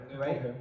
right